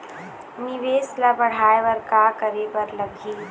निवेश ला बढ़ाय बर का करे बर लगही?